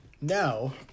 Now